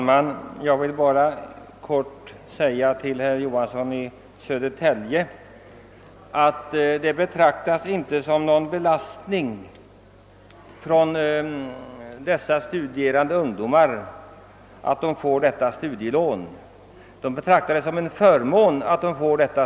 Herr talman! De studerande ungdomar som får studielån betraktar inte det som en. belastning, herr Johansson i Södertälje, de betraktar det som en förmån.